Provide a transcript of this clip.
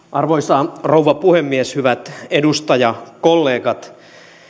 arvoisa rouva puhemies hyvät edustajakollegat